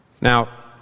Now